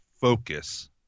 focus